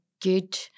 good